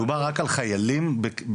מדובר רק על חיילים בסדיר?